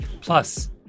Plus